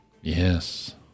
Yes